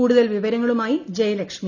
കൂടുതൽ വിവരങ്ങളുമായി ജയലക്ഷ്മി